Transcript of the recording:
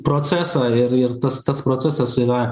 procesą ir ir tas tas procesas yra